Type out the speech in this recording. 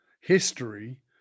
history